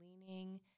leaning